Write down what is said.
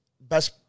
best